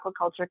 aquaculture